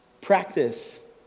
Practice